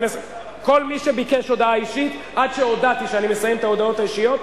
כל מי שביקש הודעה אישית עד שהודעתי שאני מסיים את ההודעות האישיות,